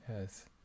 Yes